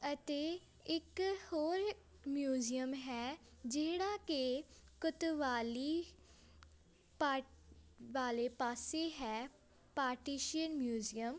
ਅਤੇ ਇੱਕ ਹੋਰ ਮਿਊਜ਼ੀਅਮ ਹੈ ਜਿਹੜਾ ਕਿ ਕਤਵਾਲੀ ਪਾ ਵਾਲੇ ਪਾਸੇ ਹੈ ਪਾਰਟੀਸ਼ੀਅਨ ਮਿਊਜ਼ੀਅਮ